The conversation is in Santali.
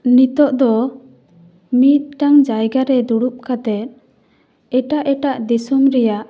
ᱱᱤᱛᱚᱜ ᱫᱚ ᱢᱤᱫᱴᱟᱝ ᱡᱟᱭᱜᱟ ᱨᱮ ᱫᱩᱲᱩᱵ ᱠᱟᱛᱮ ᱮᱴᱟᱜ ᱮᱴᱟᱜ ᱫᱤᱥᱚᱢ ᱨᱮᱭᱟᱜ